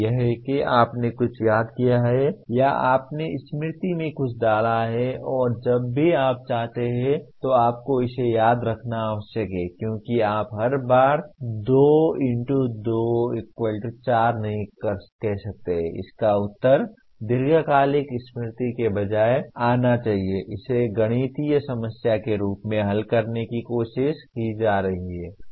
यह है कि आपने कुछ याद किया है या आपने स्मृति में कुछ डाला है और जब भी आप चाहते हैं तो आपको इसे याद रखना आवश्यक है क्योंकि आप हर बार 2 2 4 नहीं कह सकते हैं इसका उत्तर दीर्घकालिक स्मृति के बजाय आना चाहिए इसे गणितीय समस्या के रूप में हल करने की कोशिश की जा रही है